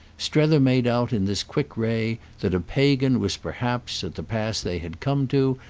strether made out in this quick ray that a pagan was perhaps, at the pass they had come to,